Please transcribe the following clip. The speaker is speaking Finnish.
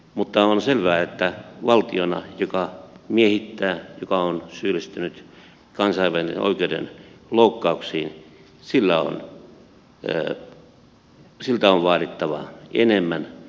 mutta on selvää että valtiolta joka miehittää joka on syyllistynyt kansainvälisen oikeuden loukkauksiin on vaadittava enemmän